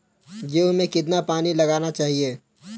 गेहूँ में कितना पानी लगाना चाहिए?